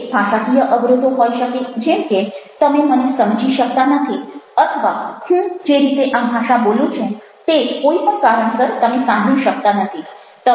તે ભાષાકીય અવરોધો હોઈ શકે જેમ કે તમે મને સમજી શકતા નથી અથવા હું જે રીતે આ ભાષા બોલું છું તે કોઈ પણ કારણસર તમે સાંભળી શકતા નથી